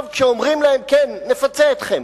כשאומרים להם: כן, נפצה אתכם,